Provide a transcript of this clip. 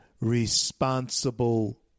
responsible